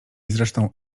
zresztą